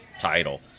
title